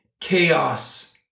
chaos